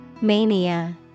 Mania